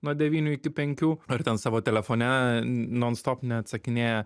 nuo devynių iki penkių ar ten savo telefone non stop neatsakinėja